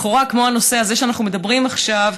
לכאורה, כמו הנושא הזה שאנחנו מדברים עכשיו.